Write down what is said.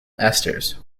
esters